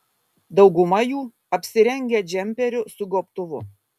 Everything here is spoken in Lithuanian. dauguma jų apsirengę džemperiu su gobtuvu